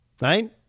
Right